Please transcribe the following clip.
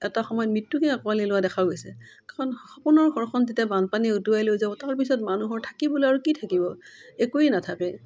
এটা সময়ত মৃত্যুকে আঁকোৱালি লোৱা দেখা গৈছে কাৰণ সপোনৰ ঘৰখন যেতিয়া বানপানীয়ে উটুৱাই লৈ যাব তাৰপিছত মানুহৰ থাকিবলৈ আৰু কি থাকিব একোৱেই নাথাকে